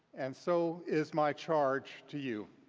and so is my charge to you.